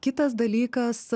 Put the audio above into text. kitas dalykas